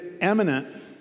eminent